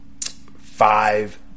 Five